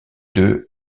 deux